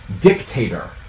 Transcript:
dictator